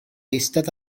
eistedd